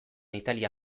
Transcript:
italia